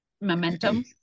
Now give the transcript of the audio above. momentum